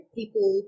people